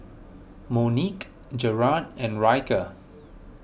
Monique Jarad and Ryker